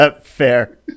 Fair